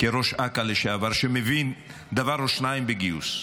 כראש אכ"א לשעבר, שמבין דבר או שניים בגיוס.